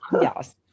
Yes